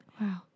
Wow